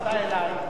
אלי, לא,